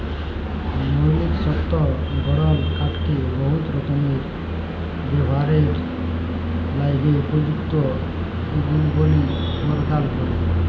মৌলিক শক্ত গঠল কাঠকে বহুত রকমের ব্যাভারের ল্যাযে উপযুক্ত গুলবলি পরদাল ক্যরে